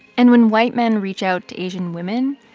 and when white men reach out to asian women,